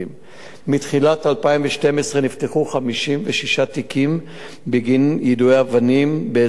מתחילת 2012 נפתחו 56 תיקים בגין יידויי אבנים באזור,